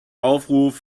aufruf